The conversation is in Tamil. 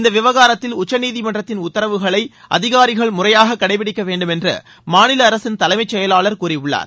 இந்த விவகாரத்தில் உச்சநீதிமன்றத்தின் உத்தரவுகளை அதிகாரிகள் முறையாக கடைப்பிடிக்க வேண்டுமென்று மாநில அரசின் தலைமைச் செயலாளர் கூறியுள்ளார்